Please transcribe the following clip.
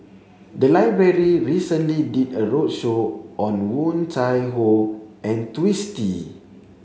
the library recently did a roadshow on Woon Tai Ho and Twisstii